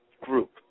group